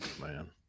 Man